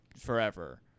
forever